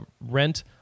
rent